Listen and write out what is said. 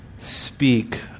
speak